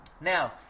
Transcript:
Now